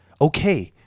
okay